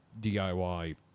DIY